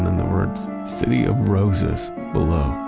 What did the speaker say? the words, city of roses below.